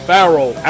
Farrell